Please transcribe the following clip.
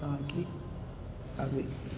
తాకి అది